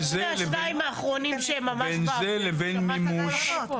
חוץ מהשניים האחרונים שהם ממש באוויר שמעת את כל החלופות.